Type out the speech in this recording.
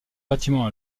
bâtiment